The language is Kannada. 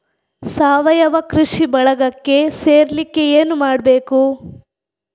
ಸಾವಯವ ಕೃಷಿ ಬಳಗಕ್ಕೆ ಸೇರ್ಲಿಕ್ಕೆ ಏನು ಮಾಡ್ಬೇಕು?